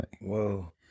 Whoa